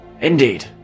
indeed